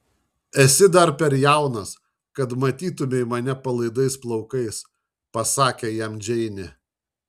esi dar per jaunas kad matytumei mane palaidais plaukais pasakė jam džeinė